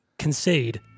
Concede